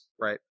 Right